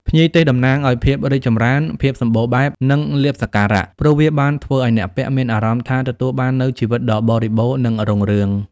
ភ្ញីទេសតំណាងឱ្យ ភាពរីកចម្រើន ភាពសំបូរបែប និងលាភសក្ការៈ ព្រោះវាបានធ្វើឱ្យអ្នកពាក់មានអារម្មណ៍ថាទទួលបាននូវជីវិតដ៏បរិបូរណ៍ និងរុងរឿង។